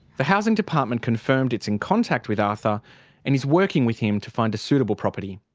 the housing department confirmed it's in contact with arthur and is working with him to find a suitable property.